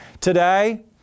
Today